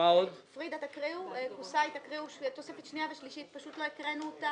את התוספת השנייה והשלישית שלא הקראנו.